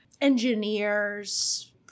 engineers-